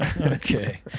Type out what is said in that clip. Okay